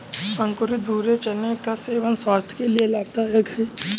अंकुरित भूरे चने का सेवन स्वास्थय के लिए लाभदायक है